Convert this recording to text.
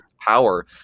power